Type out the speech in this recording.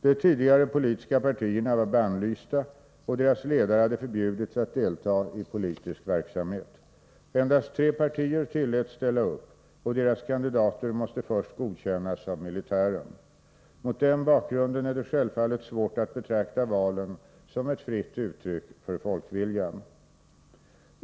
De tidigare politiska partierna var bannlysta, och deras ledare hade förbjudits att delta i politisk verksamhet. Endast tre partier tilläts ställa upp, och deras kandidater måste först godkännas av militären. Mot denna bakgrund är det självfallet svårt att betrakta valen som ett fritt uttryck för folkviljan.